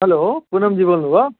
hello Poonam ji बोल्नु भयो